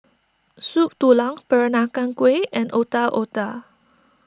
Soup Tulang Peranakan Kueh and Otak Otak